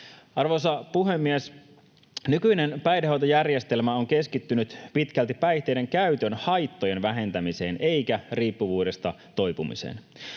Arvoisa puhemies! Nykyinen päihdehoitojärjestelmä on keskittynyt pitkälti päihteiden käytön haittojen vähentämiseen eikä riippuvuudesta toipumiseen.